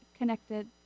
connected